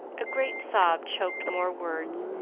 a great sob choked more words,